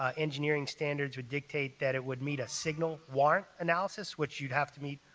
ah engineering standards would dictate that it would meet a signal warrant analysis, which you'd have to meet,